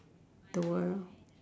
the world